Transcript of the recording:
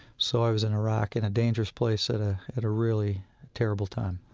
so i was in iraq in a dangerous place at ah at a really terrible time